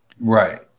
Right